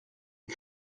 des